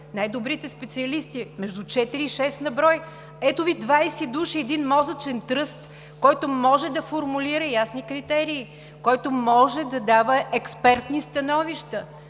най-добрите специалисти – между четири и шест на брой. Ето Ви 20 души – един мозъчен тръст, който може да формулира ясни критерии, който може да дава експертни становища